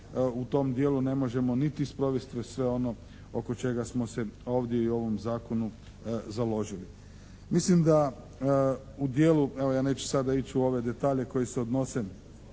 u tom dijelu ne možemo niti sprovesti sve ono oko čega smo se ovdje i u ovom zakonu založili. Mislim da u dijelu, evo ja neću sada ići u ove detalje koji se odnose